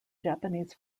japanese